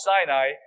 Sinai